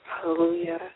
Hallelujah